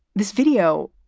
this video,